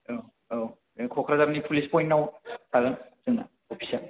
औ औ बे क'क्राझारनि फुलिस पइन्टाव थागोन जोंना अफिसा